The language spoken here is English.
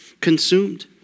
consumed